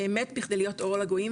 באמת בכדי להיות 'אור לגויים'